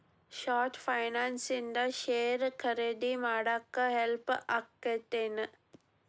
short finance ಇಂದ share ಖರೇದಿ ಮಾಡಾಕ ಹೆಲ್ಪ್ ಆಗತ್ತೇನ್